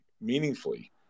meaningfully